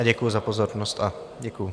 Děkuju za pozornost a děkuju.